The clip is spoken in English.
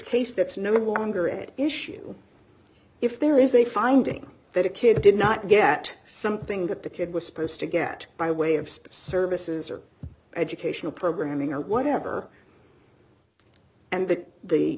case that's no longer at issue if there is a finding that a kid did not get something that the kid was supposed to get by way of spitzer voces or educational programming or whatever and that the